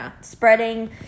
spreading